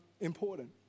important